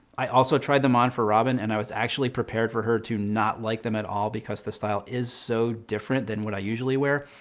i also tried them on for robin and i was actually prepared for her to not like them at all because the style is so different than what i usually wear.